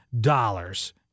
dollars